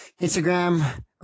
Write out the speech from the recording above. Instagram